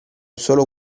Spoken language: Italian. solo